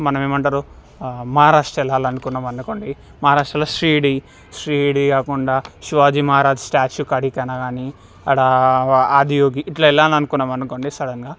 మనం ఏమంటారు మహారాష్ట్ర వెళ్ళాలనుకున్నాం అనుకోండి మహారాష్ట్రలో షిరిడీ షిరిడీ కాకుండా శివాజీ మహారాజ్ స్టాట్యూ కాడికి అన్న కాని అక్కడ ఆదియోగి ఇట్లా వెళ్లాలి అనుకున్నాం అనుకోండి సడన్గా